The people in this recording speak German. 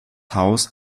haus